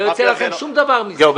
לא יוצא לכם שום דבר מזה.